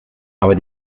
aber